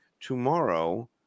tomorrow